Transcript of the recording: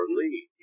lead